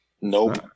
Nope